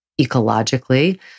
ecologically